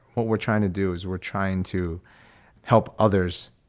what we're trying to do is we're trying to help others.